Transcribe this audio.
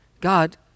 God